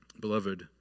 Beloved